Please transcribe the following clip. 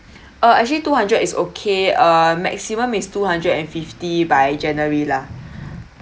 uh actually two hundred is okay uh maximum is two hundred and fifty by january lah